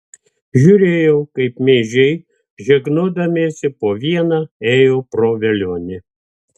žiūrėjau kaip meižiai žegnodamiesi po vieną ėjo pro velionį